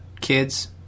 Kids